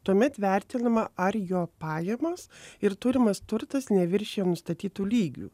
tuomet vertinama ar jo pajamos ir turimas turtas neviršija nustatytų lygių